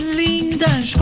lindas